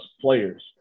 players